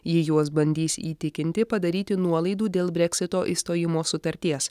ji juos bandys įtikinti padaryti nuolaidų dėl breksito išstojimo sutarties